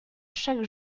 chaque